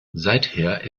seither